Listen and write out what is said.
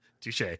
Touche